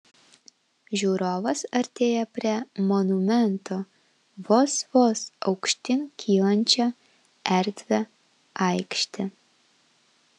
žiūrovas artėja prie monumento vos vos aukštyn kylančia erdvia aikšte